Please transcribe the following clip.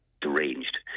deranged